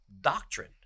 doctrine